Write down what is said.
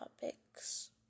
topics